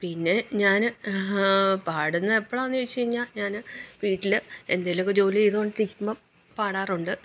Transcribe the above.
പിന്നെ ഞാൻ പാടുന്ന എപ്പോഴാന്നു ചോദിച്ചു കഴിഞ്ഞാൽ ഞാൻ വീട്ടിൽ എന്തെങ്കിലൊക്കെ ജോലി ചെയ്തുകൊണ്ടിരിക്കുമ്പം പാടാറുണ്ട്